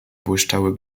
błyszczały